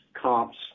comps